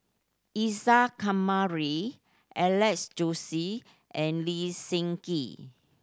Isa Kamari Alex Josey and Lee Seng Gee